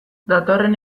datorren